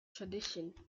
tradition